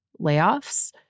layoffs